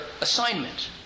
assignment